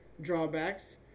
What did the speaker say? drawbacks